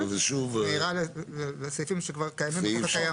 את מעירה על סעיפים שכבר קיימים בחוק הקיים.